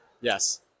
Yes